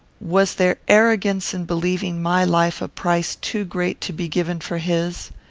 was there arrogance in believing my life a price too great to be given for his?